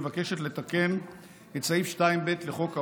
מבקשת לתקן את סעיף 2(ב) לחוק העונשין,